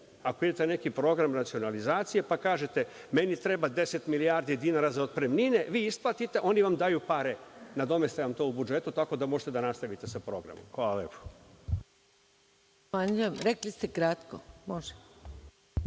Ako imate neki program racionalizacije, pa kažete - meni treba 10 milijardi dinara za otpremnine, vi isplatite, oni vam daju pare, nadomeste vam to u budžetu tako da možete da nastavite sa programom. Hvala lepo. **Maja Gojković**